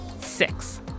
six